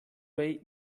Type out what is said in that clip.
ray